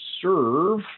serve